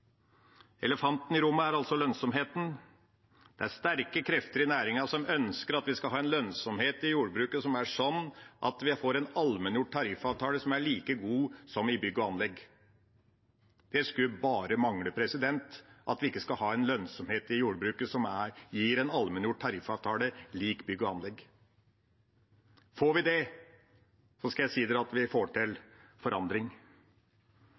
Elefanten i rommet er altså lønnsomheten. Det er sterke krefter i næringen som ønsker at vi skal ha en lønnsomhet i jordbruket som er sånn at vi får en allmenngjort tariffavtale som er like god som i bygg og anlegg. Det skulle bare mangle at vi ikke skal ha en lønnsomhet i jordbruket som gir en allmenngjort tariffavtale lik bygg og anlegg. Får vi det, skal jeg si dere at vi får til forandring.